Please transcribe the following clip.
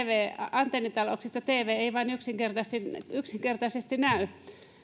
antennitalouksia joissa televisio ei vain yksinkertaisesti yksinkertaisesti näy